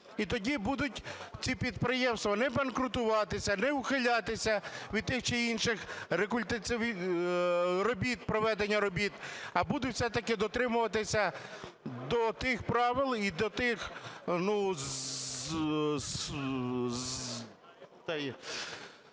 і тоді будуть ці підприємства не банкрутуватися, не ухилятися від тих чи інших робіт, проведення робіт, а будуть все-таки дотримуватися до тих правил і до тих…